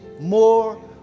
more